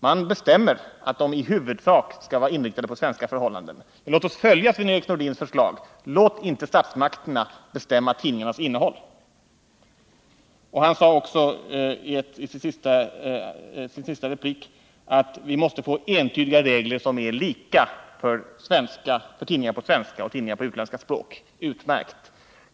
Man bestämmer att de i huvudsak skall vara inriktade på svenska förhållanden. Låt oss följa Sven-Erik Nordins förslag: Låt inte statsmakterna bestämma tidningars innehåll! Han sade också i sin sista replik att vi måste få entydiga regler som är lika för tidningar på svenska och tidningar på utländska språk. Det är utmärkt!